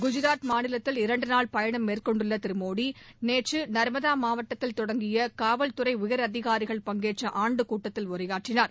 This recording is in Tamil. குஜராத் மாநிலத்தில் இரண்டு நாள் பயணம் மேற்கொண்டுள்ள திரு மோடி நேற்று நாமதா மாவட்டத்தில் தொடங்கிய காவல்துறை உயர் அதிகாரிகள் பங்கேற்ற ஆண்டு கூட்டத்தில் உரையாற்றினார்